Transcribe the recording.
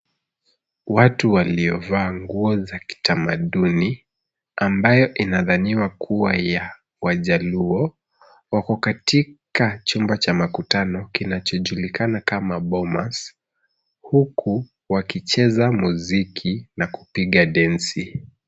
Watu waliovaa nguo za kitamaduni ambayo inadhaniwa kuwa ya wajaluo wako katika chumba cha makutano kinachojulikana kama Bomas huku wakicheza muziki na kupiga densi.